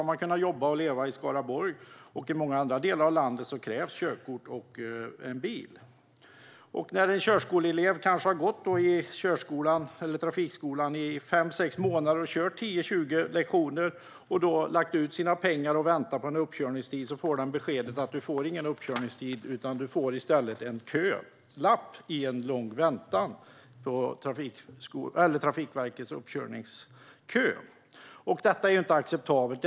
Ska man kunna jobba och leva i Skaraborg och i många andra delar av landet krävs körkort och bil. En körskoleelev som har gått i trafikskolan i kanske fem sex månader och kört 10-20 lektioner, lagt ut sina pengar och väntar på en uppkörningstid får beskedet att du får ingen uppkörningstid utan i stället en kölapp och en lång väntan i Trafikverkets uppkörningskö. Detta är inte acceptabelt.